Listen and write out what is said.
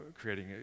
creating